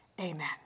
Amen